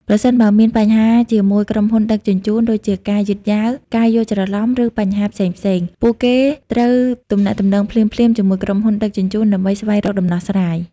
ប្រសិនបើមានបញ្ហាជាមួយក្រុមហ៊ុនដឹកជញ្ជូន ដូចជាការយឺតយ៉ាវ ការយល់ច្រឡំ ឬបញ្ហាផ្សេងៗ ពួកគេត្រូវទំនាក់ទំនងភ្លាមៗជាមួយក្រុមហ៊ុនដឹកជញ្ជូនដើម្បីស្វែងរកដំណោះស្រាយ។